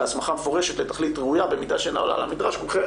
בהסמכה מפורשת לתכלית ראויה במידה שאינה עולה על המדרש.